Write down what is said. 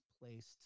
placed